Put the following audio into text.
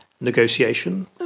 negotiation